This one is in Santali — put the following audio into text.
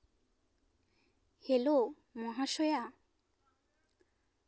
ᱦᱮᱞᱳ ᱢᱚᱦᱟᱥᱚᱭᱟ